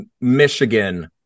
Michigan